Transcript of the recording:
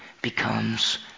becomes